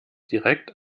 direkt